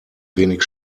wenig